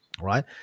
Right